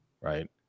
Right